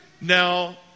Now